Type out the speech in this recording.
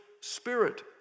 spirit